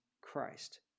Christ